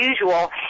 usual